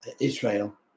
Israel